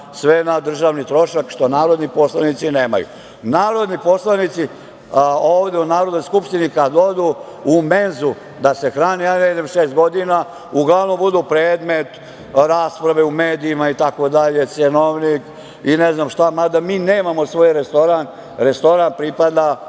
sve na državni trošak, što narodni poslanici nemaju. Narodni poslanici ovde u Narodnoj skupštini kad odu u menzu da se hrane, ja ne idem šest godina, uglavnom budu predmet rasprave u medijima i tako dalje, cenovnik i ne znam šta, mada mi nemamo svoj restoran, restoran pripada